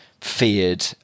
feared